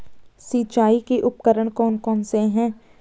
सिंचाई के उपकरण कौन कौन से हैं?